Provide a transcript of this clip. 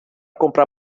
comprar